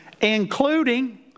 Including